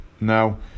now